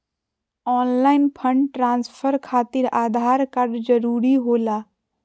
Online fund transfer खातिर Aadhaar card जरूरी होला?